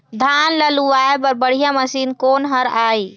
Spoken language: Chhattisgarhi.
धान ला लुआय बर बढ़िया मशीन कोन हर आइ?